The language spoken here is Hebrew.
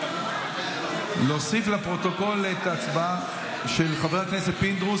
4). להוסיף לפרוטוקול את ההצבעה של חבר הכנסת פינדרוס,